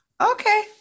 Okay